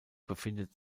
befindet